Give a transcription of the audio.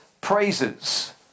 praises